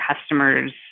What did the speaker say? customers